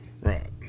Right